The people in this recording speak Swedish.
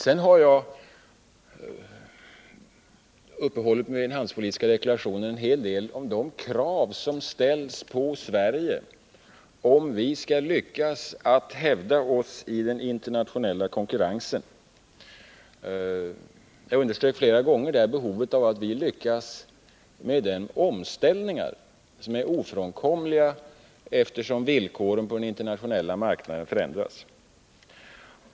Jag har i den handelspolitiska deklarationen uppehållit mig en hel del vid de krav som ställs på Sverige, om vi skall lyckas hävda oss i den internationella konkurrensen. Jag underströk där flera gånger behovet av att vi lyckas med de omställningar som är ofrånkomliga eftersom villkoren på den internationella marknaden förändras.